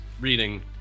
reading